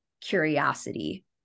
curiosity